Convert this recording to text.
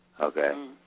okay